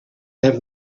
have